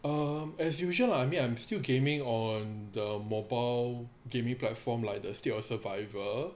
um as usual I mean I'm still gaming on the mobile gaming platform like the state of survivor